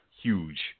huge